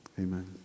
Amen